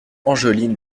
angeline